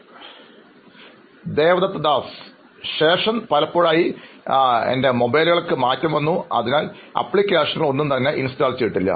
അഭിമുഖം സ്വീകരിക്കുന്നയാൾ ശേഷം പലപ്പോഴായി മൊബൈൽ മാറ്റിയതിനാൽ അപ്ലിക്കേഷനുകൾ ഒന്നും ഇൻസ്റ്റാൾ ചെയ്തിട്ടില്ല